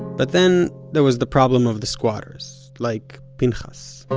but then there was the problem of the squatters like pinchas